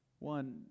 One